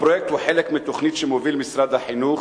הפרויקט הוא חלק מתוכנית שמוביל משרד החינוך